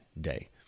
day